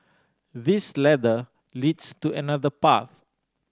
this ladder leads to another path